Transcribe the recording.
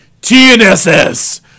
TNSS